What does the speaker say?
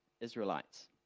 Israelites